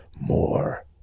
more